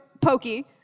pokey